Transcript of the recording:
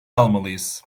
almalıyız